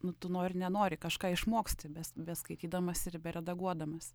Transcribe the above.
nu tu nori nenori kažką išmoksti be beskaitydamas ir beredaguodamas